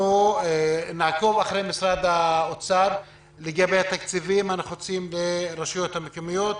אנחנו נעקוב אחרי משרד האוצר לגבי התקציבים הנחוצים ברשויות המקומיות.